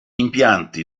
impianti